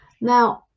now